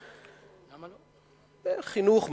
חינוך,